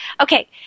okay